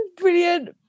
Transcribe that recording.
brilliant